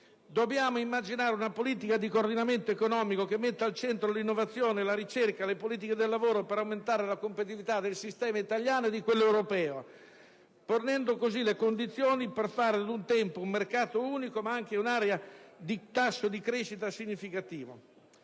dobbiamo immaginare una politica di coordinamento economico che metta al centro l'innovazione, la ricerca, le politiche del lavoro per aumentare la competitività del sistema italiano e di quello europeo, ponendo così le condizioni per fare ad un tempo un mercato unico, ma anche un'area di tasso di crescita significativo.